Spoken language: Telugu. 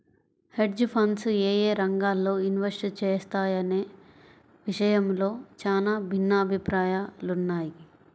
హెడ్జ్ ఫండ్స్ యేయే రంగాల్లో ఇన్వెస్ట్ చేస్తాయనే విషయంలో చానా భిన్నాభిప్రాయాలున్నయ్